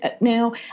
now